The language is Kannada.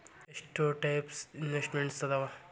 ಎಷ್ಟ ಟೈಪ್ಸ್ ಇನ್ವೆಸ್ಟ್ಮೆಂಟ್ಸ್ ಅದಾವ